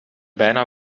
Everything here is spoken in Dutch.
bijna